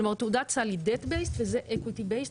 כלומר תעודת סל היא debt based וזה equity based,